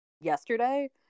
yesterday